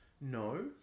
No